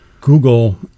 google